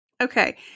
okay